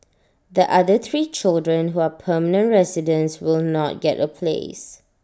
the other three children who are permanent residents will not get A place